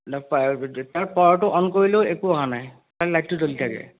power battery পাৱাৰটো on কৰিলেও একো অহা নাই তাৰ লাইটটো জ্বলি থাকে